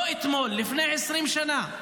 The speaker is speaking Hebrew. לא אתמול, לפני 20 שנה.